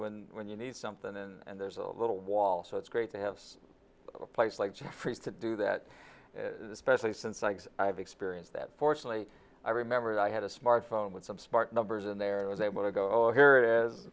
when when you need something and there's a little wall so it's great to have a place like jeffries to do that especially since i have experience that fortunately i remembered i had a smart phone with some smart numbers in there was able to go oh here it is